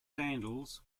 sandals